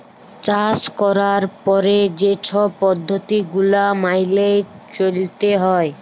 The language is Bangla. চাষ ক্যরার পরে যে ছব পদ্ধতি গুলা ম্যাইলে চ্যইলতে হ্যয়